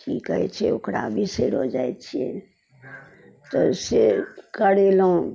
की कहैत छै ओकरा बिसैरो जाइत छियै तऽ से करेलहुँ